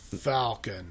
Falcon